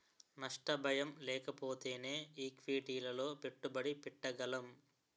నష్ట భయం లేకపోతేనే ఈక్విటీలలో పెట్టుబడి పెట్టగలం